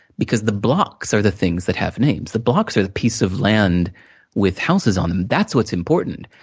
because the blocks are the things that have names. the blocks are the piece of land with houses on them, that's what's important.